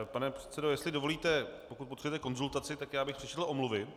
Pane předsedo, jestli dovolíte, pokud potřebujete konzultaci, tak já bych přečetl omluvy.